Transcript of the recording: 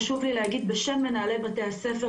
חשוב לי להגיד בשם מנהלי בתי הספר,